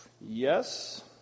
Yes